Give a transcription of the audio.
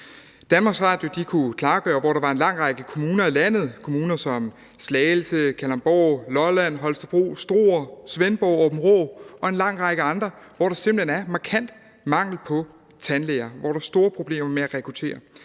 Danmarks Radio kunne klarlægge, hvor der i en lang række kommuner i landet – kommuner som Slagelse, Kalundborg, Lolland, Holstebro, Struer, Svendborg, Aabenraa og en lang række andre – simpelt hen er markant mangel på tandlæger, hvor der er store problemer med at rekruttere.